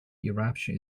eruption